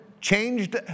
changed